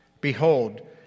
Behold